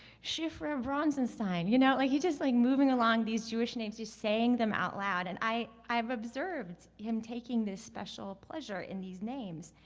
shifra bronzenstein. you know, like he's just like moving along these jewish names. he's saying them out loud, and i've observed him taking this special pleasure in these names.